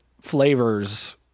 flavors